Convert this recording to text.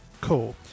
cool